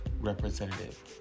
representative